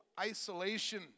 isolation